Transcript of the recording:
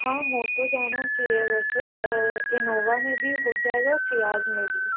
हाँ हो तो जाना चहिए वैसे इनोवा में भी हो जाएगा और सियाज में भी